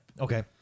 Okay